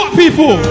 people